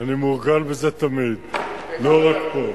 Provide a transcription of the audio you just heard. אני מורגל בזה תמיד, לא רק פה.